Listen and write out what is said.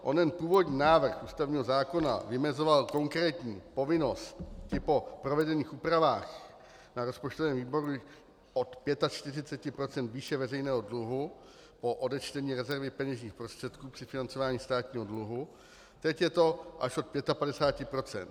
Zatímco onen původní návrh ústavního zákona vymezoval konkrétní povinnost i po provedených úpravách na rozpočtovém výboru od 45 % výše veřejného dluhu po odečtení rezervy peněžních prostředků při financování státního dluhu, teď je to až od 55 %.